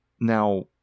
Now